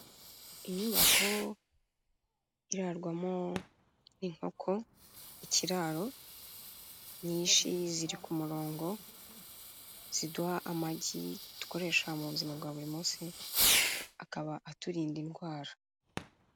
Inyubako irarwamo n'inkoko ikiraro, nyinshi ziri ku murongo, ziduha amagi dukoresha mu buzima bwa buri munsi, akaba aturinda indwara.